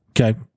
Okay